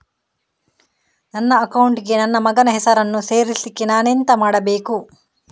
ನನ್ನ ಅಕೌಂಟ್ ಗೆ ನನ್ನ ಮಗನ ಹೆಸರನ್ನು ಸೇರಿಸ್ಲಿಕ್ಕೆ ನಾನೆಂತ ಮಾಡಬೇಕು?